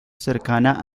cercana